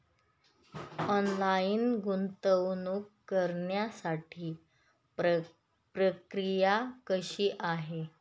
Online गुंतवणूक करण्यासाठी प्रक्रिया कशी आहे?